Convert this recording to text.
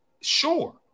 Sure